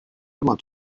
immer